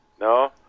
No